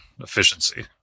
efficiency